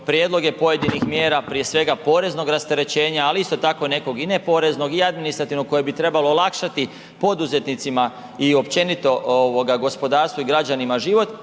prijedloge pojedinih mjera, prije svega poreznog rasterećenja ali isto tako nekog i ne poreznog i administrativnog koje bi trebalo olakšati poduzetnicima i općenito gospodarstvu i građanima život